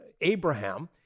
Abraham